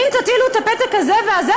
ואם תטילו את הפתק הזה והזה,